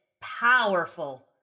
powerful